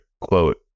quote